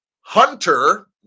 Hunter